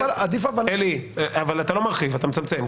אלי, אתה לא מרחיב, אתה מצמצם.